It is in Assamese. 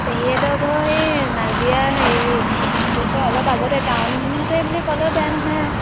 পেহীহেঁতৰ ঘৰ এই নাজিৰা হেৰি এইটো কি কয় অলপ আগতে টাউনতে বুলি ক'লেও বেয়া নহয় আৰু